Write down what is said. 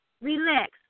relax